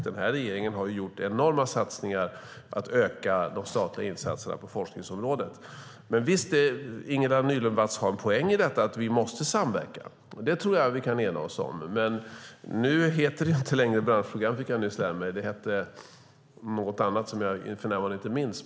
Den här regeringen har gjort enorma satsningar på att öka de statliga insatserna på forskningsområdet. Ingela Nylund Watz har en poäng i att vi måste samverka. Det tror jag att vi kan enas om. Jag fick nyss lära mig att det inte längre heter branschprogram, utan något annat som jag nu inte minns.